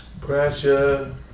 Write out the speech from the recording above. Pressure